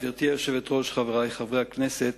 גברתי היושבת-ראש, חברי חברי הכנסת,